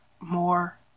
more